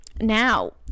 now